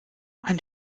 ein